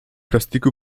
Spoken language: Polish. plastiku